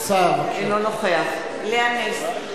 אינו נוכח לאה נס,